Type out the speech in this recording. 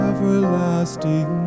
everlasting